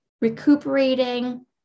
recuperating